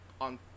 on